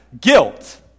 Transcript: guilt